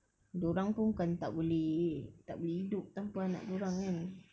dia orang pun kan tak boleh tak boleh hidup tanpa anak dia orang kan